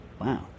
Wow